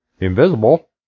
invisible